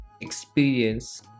Experience